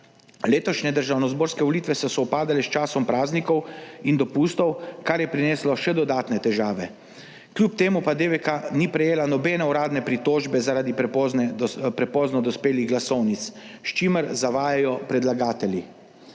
Letošnje državnozborske volitve so sovpadale s časom praznikov in dopustov, kar je prineslo še dodatne težave, kljub temu pa DVK ni prejela nobene uradne pritožbe, zaradi prepozno dospelih glasovnic, s čimer zavajajo predlagatelji.